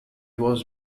was